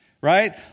right